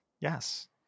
Yes